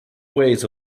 ways